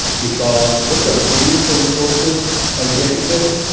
because when you're bidding for resources and getting them,